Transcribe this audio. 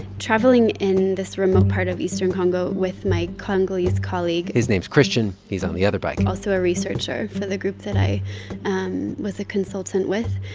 traveling in this remote part of eastern congo with my congolese colleague. his name's christian. he's on the other bike. also a researcher for the group that i was a consultant with.